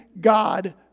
God